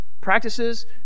Practices